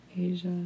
Asia